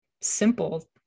simple